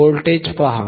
voltage पहा